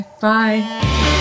bye